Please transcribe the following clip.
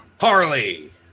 Harley